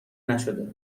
نشده